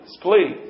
please